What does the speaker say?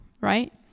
right